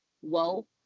Whoa